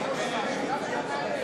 אתה ראש ממשלה שאתה מאיים?